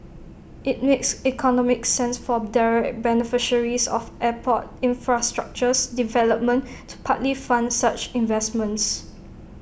IT makes economic sense for direct beneficiaries of airport infrastructures development to partly fund such investments